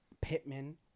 Pittman